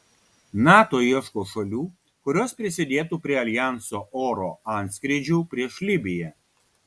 nato ieško šalių kurios prisidėtų prie aljanso oro antskrydžių prieš libiją